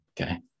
Okay